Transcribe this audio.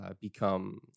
become